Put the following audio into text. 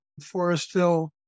Forestville